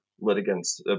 litigants